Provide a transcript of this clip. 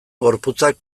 gorputzak